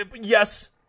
yes